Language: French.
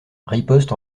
riposte